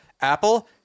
Apple